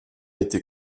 été